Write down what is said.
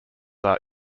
are